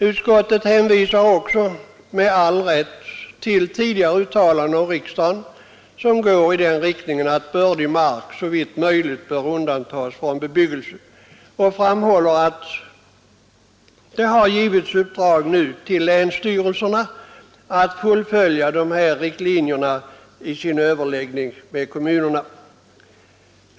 Utskottet hänvisar med all rätt också till tidigare uttalanden av riksdagen om att bördig mark såvitt möjligt bör undantas från bebyggelse och framhåller att länsstyrelserna nu har fått i uppdrag att fullfölja dessa riktlinjer vid sina överläggningar med kommunerna.